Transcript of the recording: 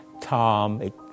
Tom